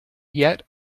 yet